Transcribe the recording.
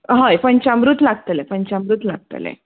हय पंचामृत लागतलें पंचामृत लागतलें